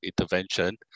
intervention